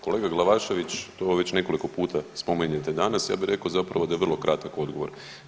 Kolega Glavašević to već nekoliko puta spominjete danas, ja bih rekao zapravo da je vrlo kratak odgovor.